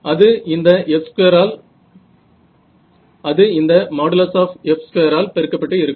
அது இந்த |F|2 ஆல் பெருக்கப்பட்டு இருக்கும்